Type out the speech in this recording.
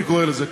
אני קורא לזה,